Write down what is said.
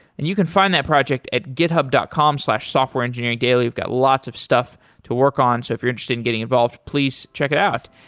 and you can find that project at github dot com slash softwareengineeringdaily. we've got lots of stuff to work on, so if you're interested in getting involved, please check it out.